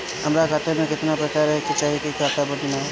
हमार खाता मे केतना पैसा रहे के चाहीं की खाता बंद ना होखे?